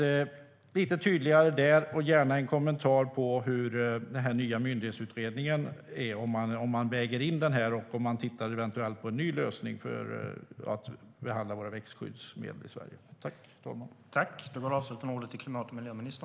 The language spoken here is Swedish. Jag vill alltså ha mer tydlighet, och jag vill gärna ha en kommentar till hur man ser på den nya myndighetsutredningen. Väger man in den? Tittar man eventuellt på en ny lösning för hur vi ska behandla växtskyddsmedel i Sverige?